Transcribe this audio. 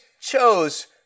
chose